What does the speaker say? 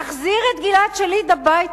תחזיר את גלעד שליט הביתה.